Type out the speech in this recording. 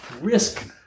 risk